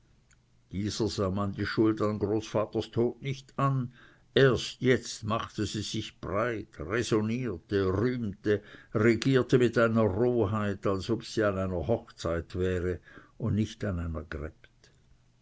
dieser sah man die schuld an großvaters tod nicht an erst jetzt machte sie sich breit räsonnierte rühmte regierte mit einer roheit als ob sie an einer hochzeit wäre und nicht an einer gräbt